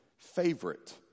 Favorite